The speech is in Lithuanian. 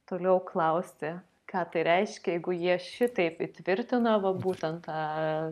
toliau klausti ką tai reiškia jeigu jie šitaip įtvirtina va būtent tą